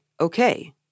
okay